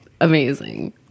Amazing